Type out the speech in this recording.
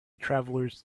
travelers